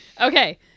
Okay